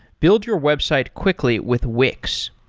build your website quickly with wix.